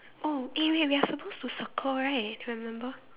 oh eh wait we are supposed to circle right I remember